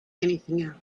anything